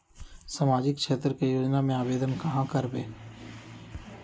सामाजिक क्षेत्र के योजना में आवेदन कहाँ करवे?